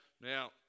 Now